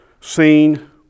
seen